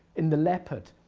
in the leopard,